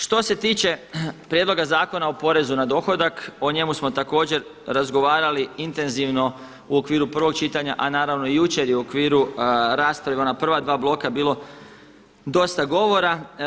Što se tiče Prijedloga zakona o porezu na dohodak o njemu smo također razgovarali intenzivno u okviru prvog čitanja, a naravno i jučer u okviru rasprave u ona prva dva bloka je bilo dosta govora.